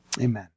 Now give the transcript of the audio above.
Amen